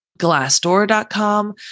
glassdoor.com